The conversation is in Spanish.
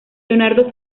leonardo